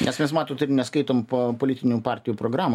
nes mes matot ir neskaitom pa politinių partijų programų